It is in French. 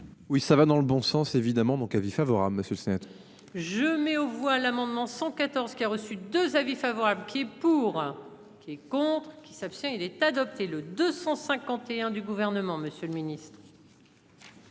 Oui ça va dans le bon sens évidemment. Donc, avis favorable, Monsieur le. Je mets aux voix l'amendement 114 qui a reçu 2 avis favorable à pied. Pour qui est contre. Il s'abstient il est adopté le 251 du gouvernement, Monsieur le Ministre.